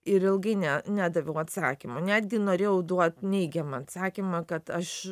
ir ilgai ne nedaviau atsakymo netgi norėjau duot neigiamą atsakymą kad aš